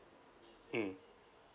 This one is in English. mm